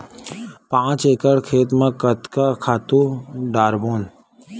पांच एकड़ खेत म कतका खातु डारबोन?